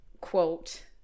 quote